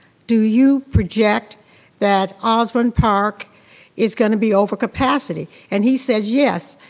do you project that osbourn park is gonna be over capacity? and he says, yes.